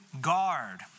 guard